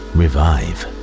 revive